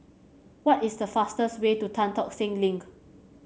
what is the fastest way to Tan Tock Seng Link